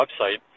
website